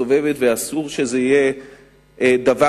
ואסור שתהיה שם דלת מסתובבת,